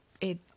it-